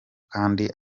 kandi